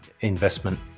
investment